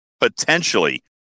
potentially